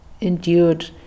endured